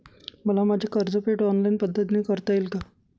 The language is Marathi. मला माझे कर्जफेड ऑनलाइन पद्धतीने करता येईल का?